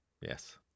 yes